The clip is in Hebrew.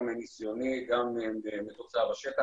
גם מניסיוני גם מתוצאה בשטח,